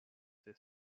they